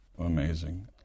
Amazing